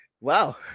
Wow